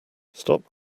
stop